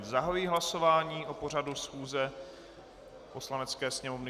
Zahajuji hlasování o pořadu schůze Poslanecké sněmovny.